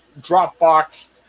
Dropbox